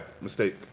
mistake